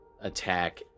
attack